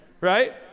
right